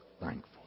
thankful